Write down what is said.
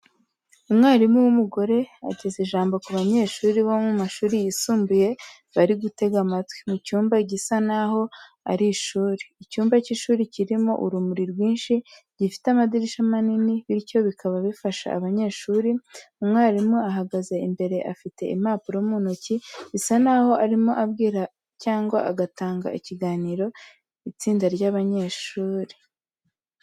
Umwarimu w'umugore ageza ijambo ku banyeshuri bo mu mashuri yisumbuye bari gutega amatwi, mu cyumba gisa n'aho ari ishuri. Icyumba cy'ishuri kirimo urumuri rwinshi gifite amadirishya manini, bityo bikaba bifasha abanyeshuri. Umwarimu ahagaze imbere afite impapuro mu ntoki, bisa n'aho arimo abwira cyangwa agatanga ikiganiro itsinda ry'abanyeshuri.